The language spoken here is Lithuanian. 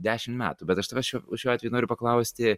dešimt metų bet aš tavęs šiuo šiuo atveju noriu paklausti